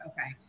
Okay